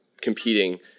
competing